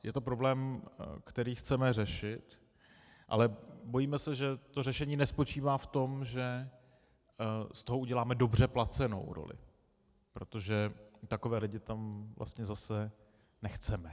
Je to problém, který chceme řešit, ale bojíme se, že řešení nespočívá v tom, že z toho uděláme dobře placenou roli, protože takové lidi vlastně zase nechceme.